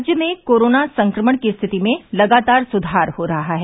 राज्य में कोरोना संक्रमण की स्थिति में लगातार सुधार हो रहा है